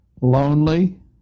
lonely